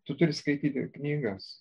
tu turi skaityti knygas